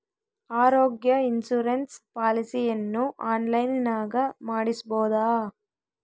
ಆರೋಗ್ಯ ಇನ್ಸುರೆನ್ಸ್ ಪಾಲಿಸಿಯನ್ನು ಆನ್ಲೈನಿನಾಗ ಮಾಡಿಸ್ಬೋದ?